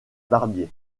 barbier